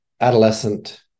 adolescent